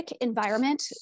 environment